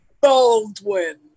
Baldwin